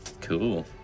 cool